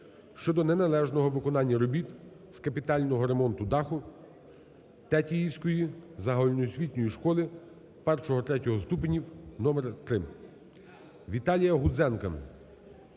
щодо неналежного виконання робіт з капітального ремонту даху Тетіївської загальноосвітньої школи І-ІІІ ступенів № 3. Віталія Гудзенка